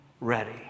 ready